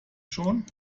schon